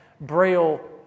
Braille